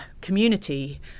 community